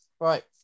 Right